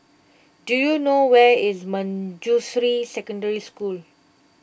do you know where is Manjusri Secondary School